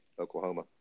oklahoma